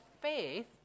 faith